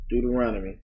Deuteronomy